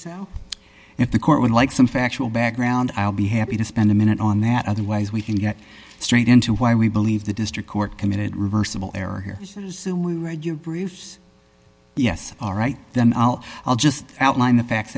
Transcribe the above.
rebuttal if the court would like some factual background i'll be happy to spend a minute on that otherwise we can get straight into why we believe the district court committed reversible error here bruce yes all right then i'll i'll just outline the facts